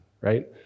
right